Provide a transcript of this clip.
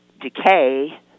decay